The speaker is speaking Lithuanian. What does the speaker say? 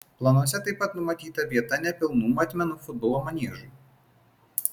planuose taip pat numatyta vieta nepilnų matmenų futbolo maniežui